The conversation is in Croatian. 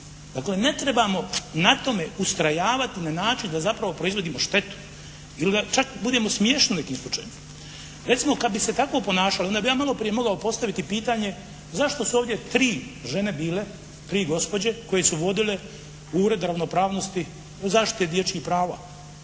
Dakle, ne trebamo na tome ustrajavati na način da zapravo proizvodimo štetu ili da čak budemo …/Govornik se ne razumije./… Recimo kad bi se tako ponašali onda bi ja maloprije mogao postaviti pitanje zašto su ovdje tri žene bile, tri gospođe koje su vodile Ured ravnopravnosti, zaštite dječjih prava?